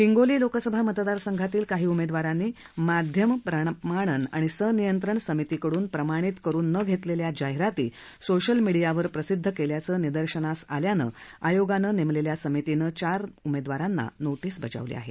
हिंगोली लोकसभा मतदार संघातील काही उमेदवारांनी माध्यम प्रमाणन आणि सनियंत्रन समितीकडून प्रमाणित करुन न घेतलेल्या जाहिराती सोशल मीडियावर प्रसिध्द केल्याचं निदर्शनास आल्यानं आयोगानं नेमलेल्या समितीनं चार उमेदवारांना नोटीस बजावली आहे